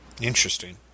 Interesting